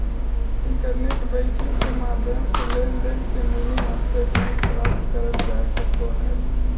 internet banking के माध्यम से लेनदेन के मिनी स्टेटमेंट प्राप्त करल जा सको हय